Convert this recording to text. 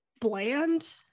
bland